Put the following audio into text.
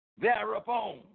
thereupon